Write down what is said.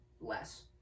less